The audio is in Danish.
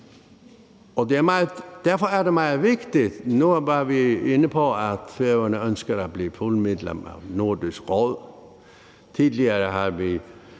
positiv, synes jeg. Nu var vi inde på, at Færøerne ønsker at blive fuldt medlem af Nordisk Råd. Tidligere har vi